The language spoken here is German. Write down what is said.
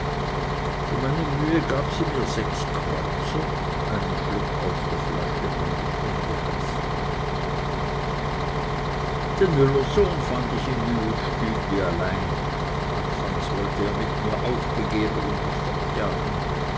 für meine mühe gab sie mir sechs kreuzer einen schluck aus der flasche nahm ich ungeheißen den müllers sohn fand ich im mühlistübli alleine anfangs wollte er mit mir aufbegehren und mich fortjagen